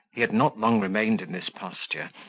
he had not long remained in this posture,